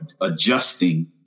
adjusting